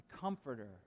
comforter